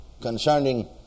concerning